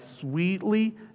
sweetly